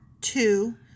two